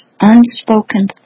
unspoken